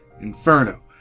Inferno